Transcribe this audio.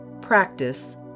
Practice